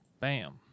Bam